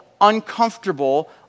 uncomfortable